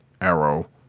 Arrow